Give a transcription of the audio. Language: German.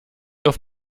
auf